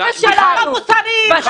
אני לא מוסרית ------ די, מיכל.